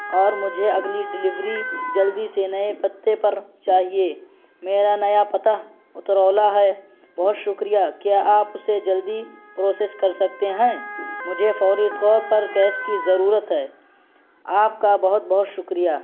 اور مجھے اگلی ڈلیوری جلدی سے نئے پتے پر چاہیے میرا نیا پتہ اترولہ ہے بہت شکریہ کیا آپ اسے جلدی پروسس کر سکتے ہیں مجھے فوری طور پر گیس کی ضرورت ہے آپ کا بہت بہت شکریہ